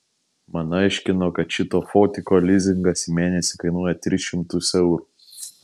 man aiškino kad šito fotiko lizingas į mėnesį kainuoja tris šimtus eurų